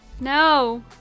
No